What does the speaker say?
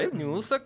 news